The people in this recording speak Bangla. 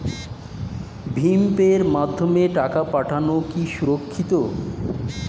ভিম পের মাধ্যমে টাকা পাঠানো কি সুরক্ষিত?